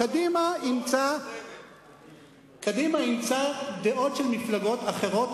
קדימה אימצה דעות של מפלגות אחרות,